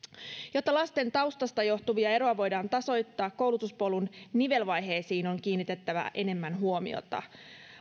jotta lasten taustasta johtuvia eroja voidaan tasoittaa koulutuspolun nivelvaiheisiin on kiinnitettävä enemmän huomiota